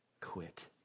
quit